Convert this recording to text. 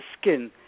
skin